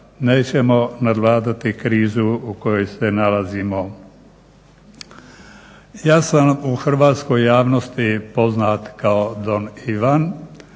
nećemo nadvladati krizu u kojoj se nalazimo. Ja sam u hrvatskoj javnosti poznat kao don Ivan,